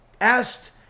asked